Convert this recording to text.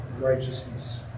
righteousness